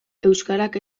euskarak